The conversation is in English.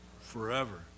forever